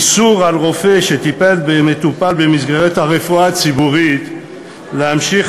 איסור על רופא שטיפל במטופל במסגרת הרפואה הציבורית להמשיך